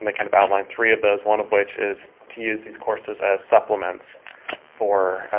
they kind of outlined three of those, one of which is to use these courses as supplements for